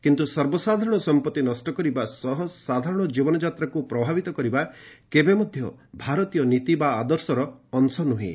କିନ୍ତୁ ସର୍ବସାଧାରଣ ସମ୍ପର୍ତ୍ତି ନଷ୍ଟ କରିବା ସହ ସାଧାରଣ ଜୀବନଯାତ୍ରାକୁ ପ୍ରଭାବିତ କରିବା କେବେ ମଧ୍ୟ ଭାରତୀୟ ନୀତି ବା ଆଦର୍ଶର ଅଂଶ ନୁହେଁ